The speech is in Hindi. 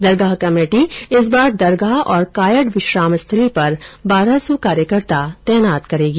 दरगाह कमेटी इस बार दरगाह और कायड़ विश्राम स्थली पर बारह सौ कार्यकर्ता तैनात करेगी